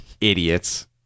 idiots